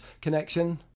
connection